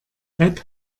app